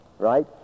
right